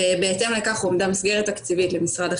בהתאם לכך הועמדה מסגרת תקציבית למשרד החינוך,